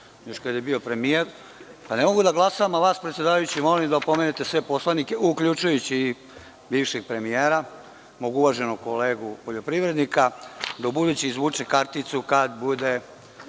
još kad je bio premijer. A vas, predsedavajući, molim da opomenete sve poslanike, uključujući i bivšeg premijera, mog uvaženog kolegu poljoprivrednika, da ubuduće izvuče karticu kad bude